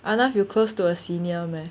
will close to a senior meh